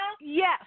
Yes